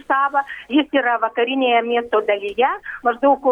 štabą jis yra vakarinėje miesto dalyje maždaug